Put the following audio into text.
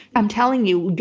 i'm telling you,